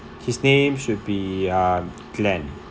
his name should be uh glenn